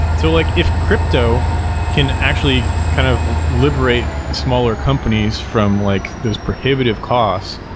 so like if crypto can actually kind of liberate smaller companies from like those prohibitive costs,